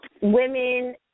Women